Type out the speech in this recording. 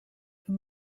for